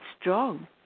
strong